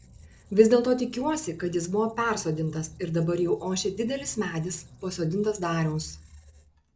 vis dėlto tikiuosi kad jis buvo persodintas ir dabar jau ošia didelis medis pasodintas dariaus